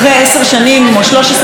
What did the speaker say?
או 13 שנים במצטבר,